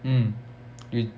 mm you